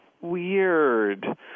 weird